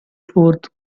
fourth